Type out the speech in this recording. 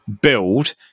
build